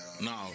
No